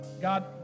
God